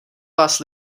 vás